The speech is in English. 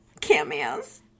cameos